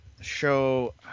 show